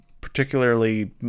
particularly